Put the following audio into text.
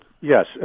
Yes